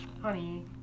Honey